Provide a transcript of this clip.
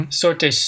sorte